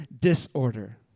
disorder